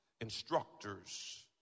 instructors